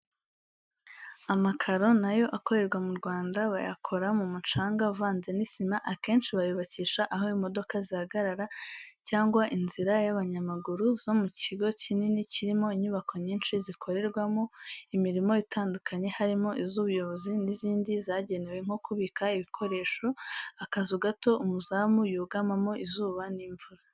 Amakaro na yo akorerwa mu Rwanda, bayakora mu mucanga uvanze n'isima, akenshi bayubakisha aho imodoka zihagarara cyangwa inzira y'abanyamaguru zo mu kigo kinini kirimo inyubako nyinshi zikorerwamo imirimo itandukanye, harimo iz'ubuyobozi n'izindi zagenewe nko kubika ibikoresho, akazu gato umuzamu yugamamo izuba n'imvura.